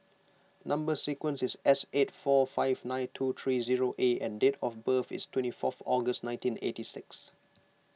Number Sequence is S eight four five nine two three zero A and date of birth is twenty four August nineteen eighty six